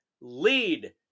lead